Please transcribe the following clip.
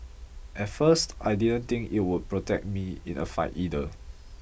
at first I didn't think it would protect me in a fight either